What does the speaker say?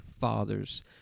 fathers